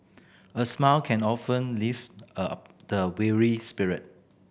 a smile can often lift up the weary spirit